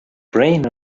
brain